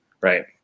right